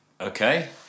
Okay